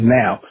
now